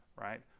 right